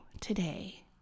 today